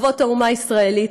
אבות האומה הישראלית,